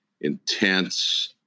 intense